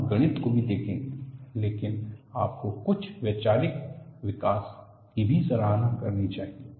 हम गणित को भी देखेंगे लेकिन आपको कुछ वैचारिक विकास की भी सराहना करनी चाहिए